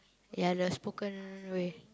ya the spoken way